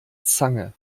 zange